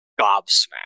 gobsmacked